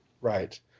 right